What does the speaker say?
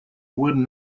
would